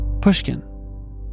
Pushkin